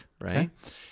right